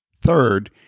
Third